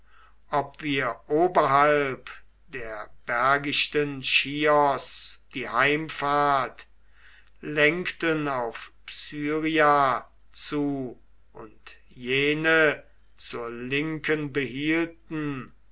ob wir oberhalb der bergichten chios die heimfahrt lenkten auf psyria zu und jene zur linken behielten